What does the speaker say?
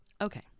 Okay